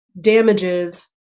damages